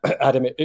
Adam